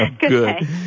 good